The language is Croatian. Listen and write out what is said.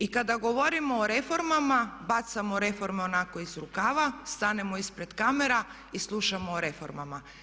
I kada govorimo o reformama bacamo reforme onako iz rukava, stanemo ispred kamera i slušamo o reformama.